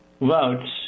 votes